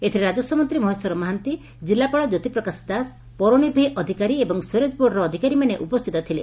ଏଥିରେ ରାଜସ୍ୱମନ୍ତୀ ମହେଶ୍ୱର ମହାନ୍ତି ଜିଲ୍ଲାପାଳ କ୍ୟୋତିପ୍ରକାଶ ଦାସ ପୌରନିର୍ବାହୀ ଅଧିକାରୀ ଏବଂ ସ୍ୱେରେଜ୍ ବୋର୍ଡର ଅଧିକାରୀମାନେ ଉପସ୍ଥିତ ଥିଲେ